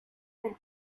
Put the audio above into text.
del